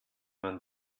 man